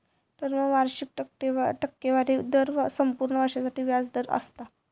term वार्षिक टक्केवारी दर संपूर्ण वर्षासाठी व्याज दर असता